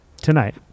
tonight